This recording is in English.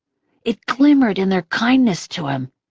it glimmered in their kindness to him,